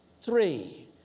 three